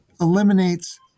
eliminates